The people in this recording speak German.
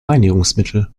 reinigungsmittel